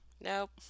Nope